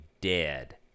dead